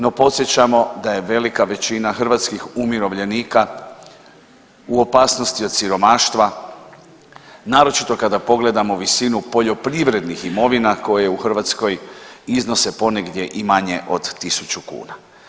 No, podsjećamo da je velika većina hrvatskih umirovljenika u opasnosti od siromaštva naročito kada pogledamo visinu poljoprivrednih imovina koje u Hrvatskoj iznose ponegdje i manje od 1000 kuna.